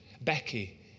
Becky